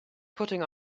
putting